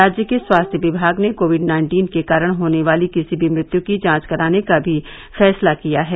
राज्य के स्वास्थ्य विभाग ने कोविड नाइन्टीन के कारण होने वाली किसी भी मृत्यु की जांच कराने का भी फैसला किया है